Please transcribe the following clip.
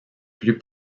plus